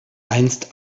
einst